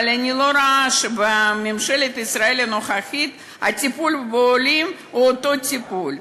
אבל אני לא רואה שבממשלת ישראל הנוכחית הטיפול בעולים הוא אותו טיפול,